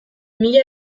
mila